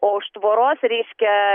o už tvoros reiškia